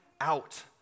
out